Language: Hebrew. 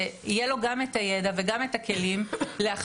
שיהיה לו גם את הידע וגם את הכלים להכשיר